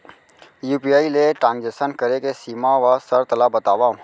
UPI ले transaction करे के सीमा व शर्त ला बतावव?